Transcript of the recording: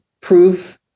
prove